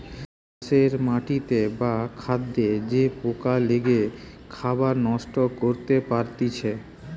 চাষের মাটিতে বা খাদ্যে যে পোকা লেগে খাবার নষ্ট করতে পারতিছে